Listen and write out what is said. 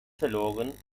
verloren